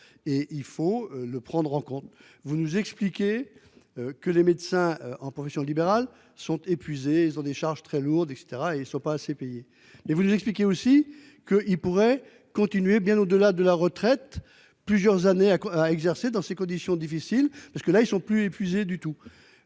et il faut le prendre en compte. Vous nous expliquez. Que les médecins en profession libérale sont épuisés, ils ont des charges très lourdes et cetera et ils sont pas assez payés et vous nous expliquez aussi que ils pourraient continuer bien au-delà de la retraite. Plusieurs années à exercer dans ces conditions difficiles parce que là ils sont plus épuisé du tout